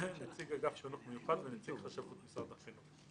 נציג אגף חינוך מיוחד ונציג חשבות משרד החינוך.